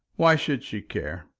why should she care?